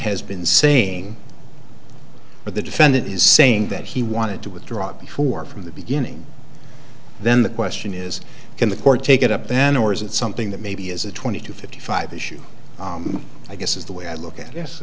has been saying what the defendant is saying that he wanted to withdraw before from the beginning then the question is can the court take it up then or is it something that maybe is a twenty to fifty five issue i guess is the way i look at